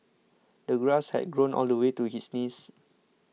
the grass had grown all the way to his knees